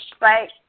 Right